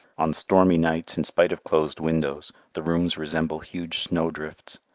on stormy nights, in spite of closed windows, the rooms resemble huge snowdrifts.